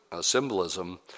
symbolism